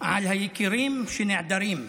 על היקירים שנעדרים.